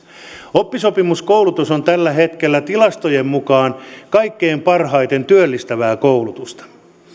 oppisopimuskoulutus on tällä hetkellä tilastojen mukaan kaikkein parhaiten työllistävää koulutusta